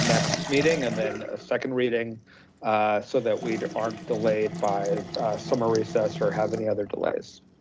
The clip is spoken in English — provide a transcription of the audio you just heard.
next meeting and then a second reading so that we aren't delayed by summer recess or have any other delays.